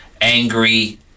angry